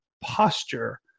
posture